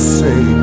say